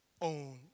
own